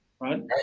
right